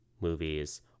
movies